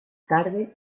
tarde